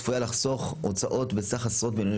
צפויה לחסוך הוצאות בסך עשרות מיליוני